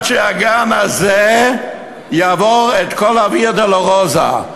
שהגן הזה יעבור את כל הוויה-דולורוזה.